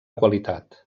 qualitat